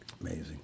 Amazing